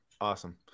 awesome